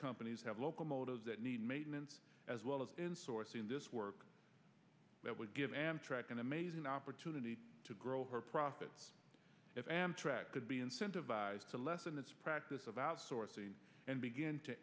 companies have locomotives that need maintenance as well as insourcing this work that would give amtrak an amazing opportunity to grow her profits if amtrak could be incentivized to lessen its practice of outsourcing and begin to